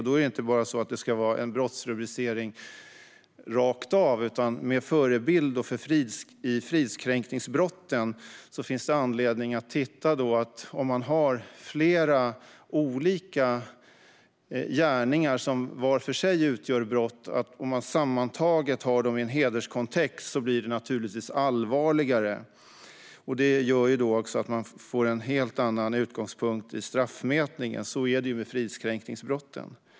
Det ska inte bara vara en brottsrubricering rakt av. Med förebild i fridskränkningsbrotten finns det anledning att titta på det. Om man har flera olika gärningar som var för sig utgör brott och sammantaget tar dem i en hederskontext blir det naturligtvis allvarligare. Det gör att man får en helt annan utgångspunkt i straffmätningen. Så är det med fridskränkningsbrotten.